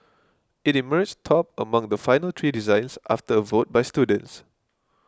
it emerged top among the final three designs after a vote by students